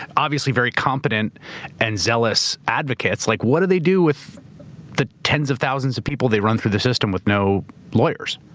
obviously very competent and zealous advocates, like what do they do with the tens of thousands of people they run through the system with no lawyers?